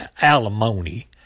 alimony